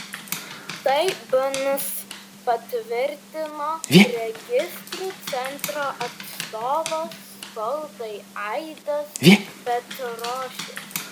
tai bns patvirtino registrų centro atstovas spaudai aidas petrošius